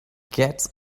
gets